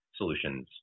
solutions